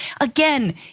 Again